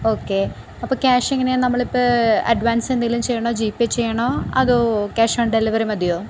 okay അപ്പോള് cash എങ്ങനെയാണ് നമ്മളിപ്പോള് അഡ്വാൻസ് എന്തെങ്കിലും ചെയ്യണോ ജി പേ ചെയ്യണോ അതോ ക്യാഷ് ഓൺ ഡെലിവറി മതിയോ